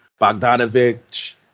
Bogdanovich